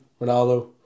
Ronaldo